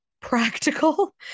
practical